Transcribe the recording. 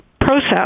process